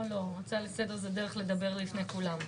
לא, לא, הצעה לסדר זה דרך לדבר לפני כולם.